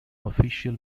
official